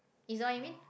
is that what you mean